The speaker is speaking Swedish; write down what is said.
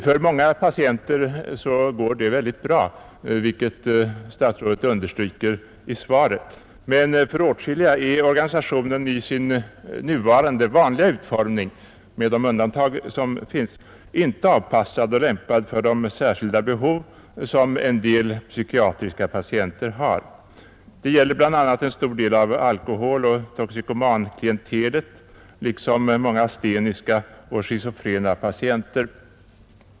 För många patienter går det mycket bra, vilket statsrådet understryker i svaret. Men för åtskilliga är organisationen i sin nuvarande vanliga utformning — bortsett från de undantag som finns — inte avpassad och lämpad för de särskilda behov som en del patienter under psykiatrisk vård har. Det gäller bl.a. en stor del av alkoholoch toxikomanklientelet liksom många asteniska och schizofrena patienter.